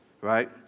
right